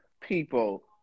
people